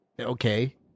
Okay